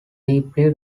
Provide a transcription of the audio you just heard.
deeply